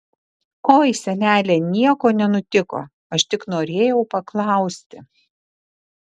oi senele nieko nenutiko aš tik norėjau paklausti